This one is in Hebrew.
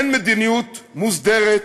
אין מדיניות מוסדרת,